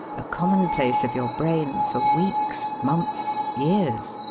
a common place of your brain, for weeks, months, years.